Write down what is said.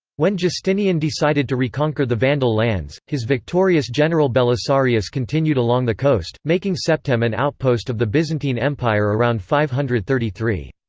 when justinian decided to reconquer the vandal lands, his victorious general belisarius continued along the coast, making septem an outpost of the byzantine empire around five hundred and thirty three.